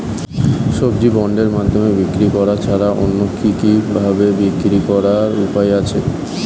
সবজি বন্ডের মাধ্যমে বিক্রি করা ছাড়া অন্য কি কি ভাবে বিক্রি করার উপায় আছে?